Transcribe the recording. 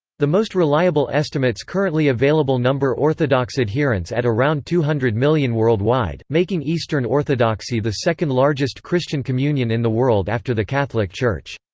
the most reliable estimates currently available number orthodox adherents at around two hundred million worldwide, making eastern orthodoxy the second largest christian communion in the world after the catholic church.